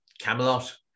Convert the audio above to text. Camelot